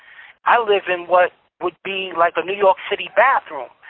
i live in what would be like a new york city bathroom.